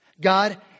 God